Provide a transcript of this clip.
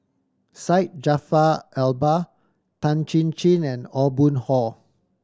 Syed Jaafar Albar Tan Chin Chin and Aw Boon Haw